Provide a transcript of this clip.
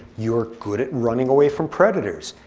you're good at running away from predators.